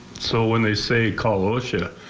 so when they say, call osha,